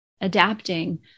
adapting